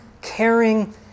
caring